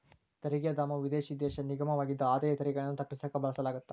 ತೆರಿಗೆ ಧಾಮವು ವಿದೇಶಿ ದೇಶ ನಿಗಮವಾಗಿದ್ದು ಆದಾಯ ತೆರಿಗೆಗಳನ್ನ ತಪ್ಪಿಸಕ ಬಳಸಲಾಗತ್ತ